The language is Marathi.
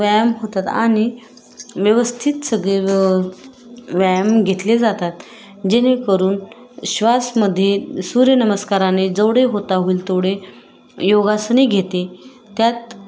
व्यायाम होतात आणि व्यवस्थित सगळे व्यायाम घेतले जातात जेणेकरून श्वासामध्ये सूर्यनमस्काराने जेवढे होता होईल तेवढे योगासने घेते त्यात